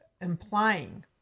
implying